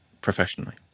professionally